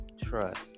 trust